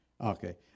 Okay